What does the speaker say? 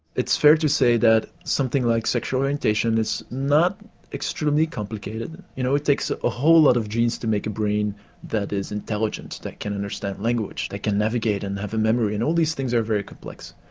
it's fair to say that something like sexual orientation is not extremely complicated, you know it takes a whole lot of genes to make a brain that is intelligent, that can understand language, that can navigate and have a memory and all these things are very complex.